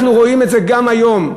אנחנו רואים את זה גם היום.